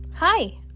Hi